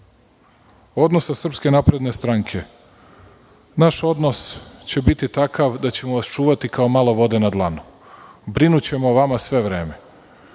se tiče odnosa SNS naš odnos će biti takav da ćemo vas čuvati kao malo vode na dlanu. Brinućemo o vama sve vreme.